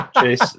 Chase